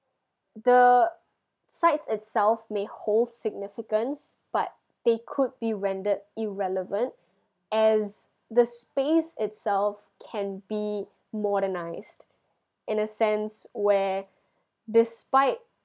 the sites itself may hold significance but they could be rendered irrelevant as the space itself can be modernized in a sense where despite